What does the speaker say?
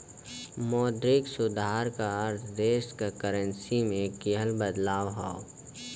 मौद्रिक सुधार क अर्थ देश क करेंसी में किहल बदलाव हौ